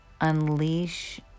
unleash